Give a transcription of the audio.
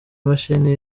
imashini